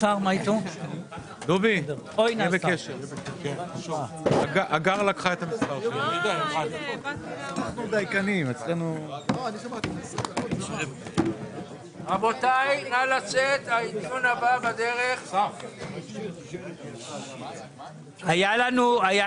הישיבה ננעלה בשעה 12:45.